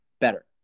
better